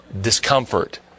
discomfort